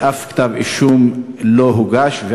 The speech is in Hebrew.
ואף כתב אישום לא הוגש.